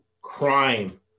Crime